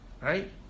right